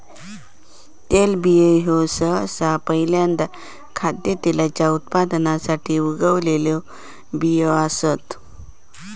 तेलबियो ह्यो सहसा पहील्यांदा खाद्यतेलाच्या उत्पादनासाठी उगवलेला बियो असतत